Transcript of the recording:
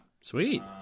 Sweet